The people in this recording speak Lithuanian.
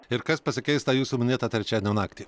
ir kas pasikeis tą jūsų minėtą trečiadienio naktį